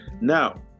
Now